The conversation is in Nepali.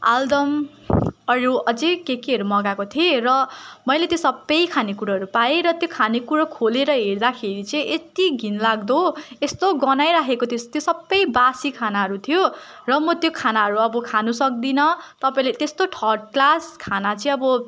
आलुदम अरू अझै के केहरू मगाएको थिएँ र मैले सबै खानेकुरोहरू पाएँ र त्यो खानेकुरो खोलेर हेर्दाखेरि चाहिँ यति घिनलाग्दो यस्तो गनाइरहेको त्यस त्यो सबै बासी खानाहरू थियो र म त्यो खानाहरू अब खानुसक्दिनँ तपाईँले यस्तो थर्ड क्लास खाना चाहिँ अब